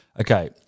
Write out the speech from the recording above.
okay